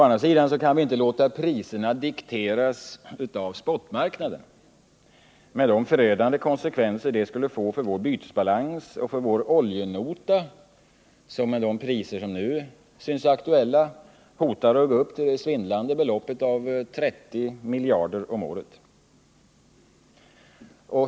Men vi kan inte låta priserna dikteras av spotmarknaden med de förödande konsekvenser detta skulle få för vår bytesbalans och för vår oljenota, som med de priser som nu synes vara aktuella hotar att uppgå till det svindlande beloppet av 30 miljarder kronor om året.